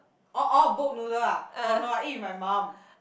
oh oh boat noodle ah oh no I ate with my mum